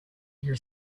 your